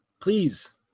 Please